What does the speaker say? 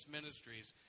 Ministries